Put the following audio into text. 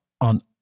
on